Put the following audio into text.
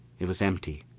it was empty,